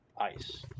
Ice